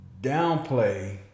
downplay